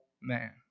man